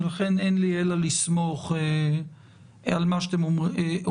ולכן אין לי אלא לסמוך על מה שאתם אומרים.